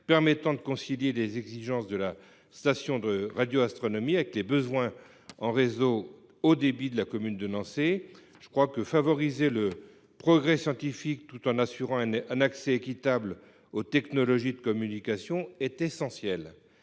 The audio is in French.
permettant de concilier les exigences de la station de radioastronomie avec les besoins en réseau haut débit de la commune de Nançay. Favoriser le progrès scientifique tout en assurant un accès équitable aux technologies de communication est essentiel.